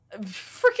freaking